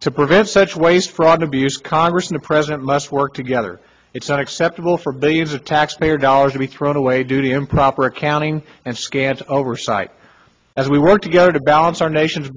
to prevent such waste fraud abuse congress and a president must work together it's not acceptable for billions of taxpayer dollars to be thrown away due to improper accounting and scant oversight as we work together to balance our nation's